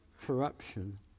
corruption